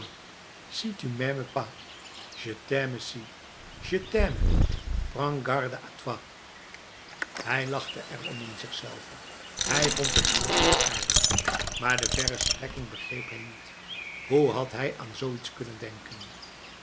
prends garde a toi hij lachte erom in zichzelve hij vond het verrukkelijk aardig maar de verre strekking begreep hij niet hoe had hij aan zoiets kunnen denken